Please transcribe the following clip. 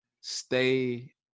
stay